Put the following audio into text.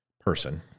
person